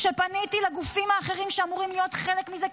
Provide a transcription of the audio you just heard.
כשפניתי לגופים האחרים שאמורים להיות חלק מזה,